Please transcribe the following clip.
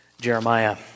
Jeremiah